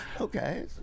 okay